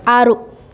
ಆರು